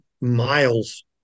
miles